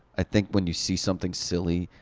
i think when you see something silly,